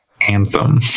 Anthem